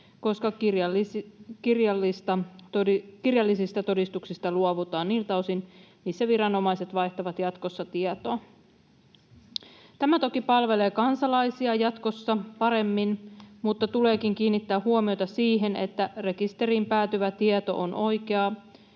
koska kirjallisista todistuksista luovutaan niiltä osin, missä viranomaiset vaihtavat jatkossa tietoa. Tämä toki palvelee kansalaisia jatkossa paremmin, mutta tuleekin kiinnittää huomiota siihen, että rekisteriin päätyvä tieto on oikea